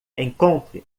encontre